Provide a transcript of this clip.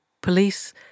police